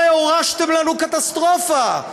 הרי הורשתם לנו קטסטרופה.